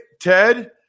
ted